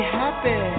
happy